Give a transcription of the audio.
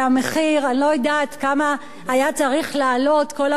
אני לא יודעת כמה היה צריך לעלות כל המהלך הזה.